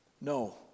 No